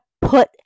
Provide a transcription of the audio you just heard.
put